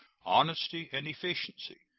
honesty and efficiency,